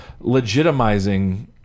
legitimizing